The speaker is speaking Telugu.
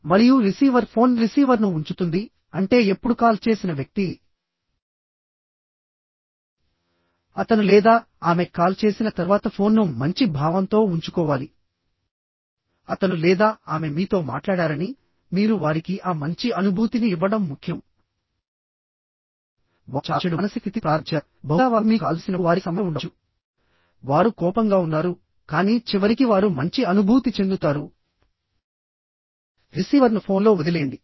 మరియు రిసీవర్ ఫోన్ రిసీవర్ను ఉంచుతుంది అంటే ఎప్పుడు కాల్ చేసిన వ్యక్తి అతను లేదా ఆమె కాల్ చేసిన తర్వాత ఫోన్ను మంచి భావంతో ఉంచుకోవాలి అతను లేదా ఆమె మీతో మాట్లాడారని మీరు వారికి ఆ మంచి అనుభూతిని ఇవ్వడం ముఖ్యం వారు చాలా చెడు మానసిక స్థితితో ప్రారంభించారు బహుశా వారు మీకు కాల్ చేసినప్పుడు వారికి సమస్య ఉండవచ్చు వారు కోపంగా ఉన్నారు కానీ చివరికి వారు మంచి అనుభూతి చెందుతారు రిసీవర్ను ఫోన్లో వదిలేయండి